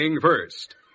first